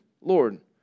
Lord